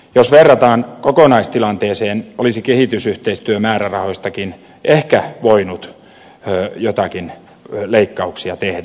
jos verrataan kokonaistilanteeseen olisi kehitysyhteistyömäärärahoistakin ehkä voinut joitakin leikkauksia tehdä